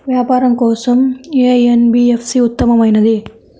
వ్యాపారం కోసం ఏ ఎన్.బీ.ఎఫ్.సి ఉత్తమమైనది?